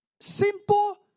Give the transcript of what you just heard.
Simple